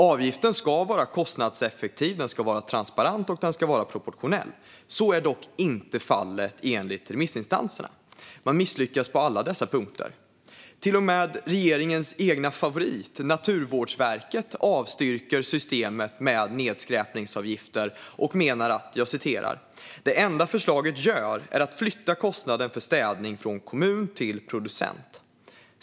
Avgiften ska vara kostnadseffektiv, transparent och proportionell. Så är dock inte fallet enligt remissinstanserna. Man misslyckas på alla dessa punkter. Till och med regeringens egen favorit, Naturvårdsverket, avstyrker systemet med nedskräpningsavgifter och menar att det "enda förslaget gör är att flytta kostnaden för städning från kommun till producent".